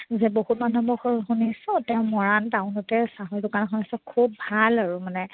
যে বহুত মানুহৰ মুখত শুনিছোঁ তেওঁ মৰাণ টাউনতে চাহৰ দোকান এখন আছে খুব ভাল আৰু মানে